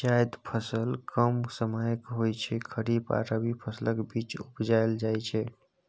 जाएद फसल कम समयक होइ छै खरीफ आ रबी फसलक बीच उपजाएल जाइ छै